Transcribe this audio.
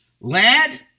lad